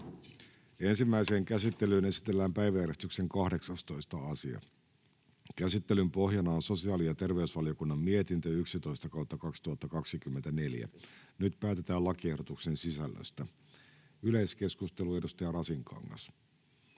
Ensimmäiseen käsittelyyn esitellään päiväjärjestyksen 18. asia. Käsittelyn pohjana on sosiaali- ja terveysvaliokunnan mietintö StVM 11/2024 vp. Nyt päätetään lakiehdotuksen sisällöstä. — Yleiskeskustelu, edustaja Rasinkangas